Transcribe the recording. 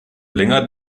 länger